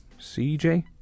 CJ